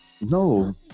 No